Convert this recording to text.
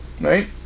right